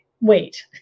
wait